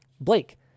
Blake